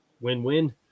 Win-win